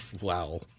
Wow